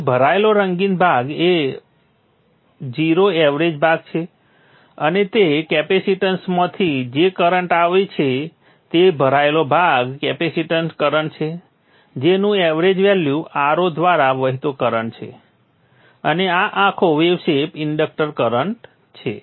અહીં ભરાયેલો રંગીન ભાગ એ 0 એવરેજ ભાગ છે અને તે કેપેસીટન્સમાંથી જે કરંટ આવશે તે ભરાયેલો ભાગ કેપેસીટન્સ કરંટ છે જેનું એવરેજ વેલ્યુ Ro દ્વારા વહેતો કરંટ છે અને આ આખો વેવશેપ ઇન્ડક્ટર કરંટ છે